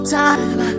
time